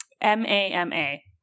M-A-M-A